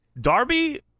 Darby